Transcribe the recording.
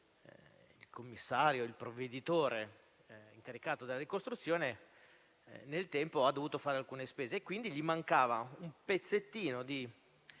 il commissario, il provveditore, incaricato della ricostruzione, nel tempo ha dovuto sostenere alcune spese. Quindi, gli mancava un pezzettino di